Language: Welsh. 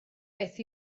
beth